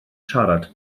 siarad